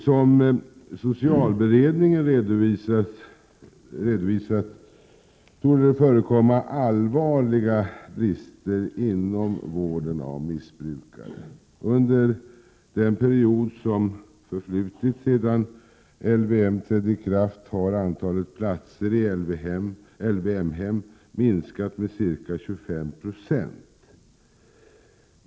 Som socialberedningen redovisat torde det förekomma allvarliga brister inom vården av missbrukare. Under den period som förflutit sedan LYM trädde i kraft har antalet platser i LVYM-hem minskat med ca 25 96.